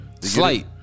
Slight